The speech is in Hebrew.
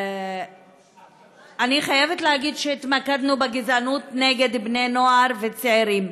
אני חייבת להגיד שהתמקדנו בגזענות בקרב בני-נוער וצעירים.